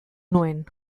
nuen